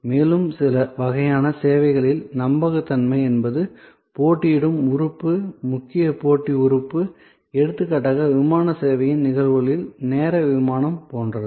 வேறு சில வகையான சேவைகளில் நம்பகத்தன்மை என்பது போட்டியிடும் உறுப்பு முக்கிய போட்டி உறுப்பு எடுத்துக்காட்டாக விமான சேவையின் நிகழ்வுகளில் நேர விமானம் போன்றது